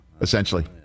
essentially